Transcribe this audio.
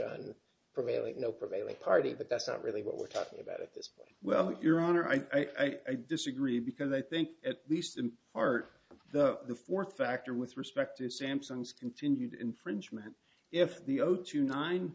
the prevailing no prevailing party but that's not really what we're talking about at this point well your honor i disagree because i think at least in part the fourth factor with respect to samsung's continued infringement if the otu nine